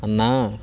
అన్నా